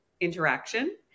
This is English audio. interaction